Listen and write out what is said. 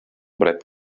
brett